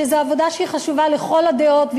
שזאת עבודה חשובה לכל הדעות,